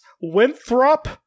Winthrop